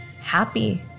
happy